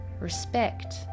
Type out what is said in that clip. Respect